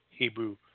Hebrew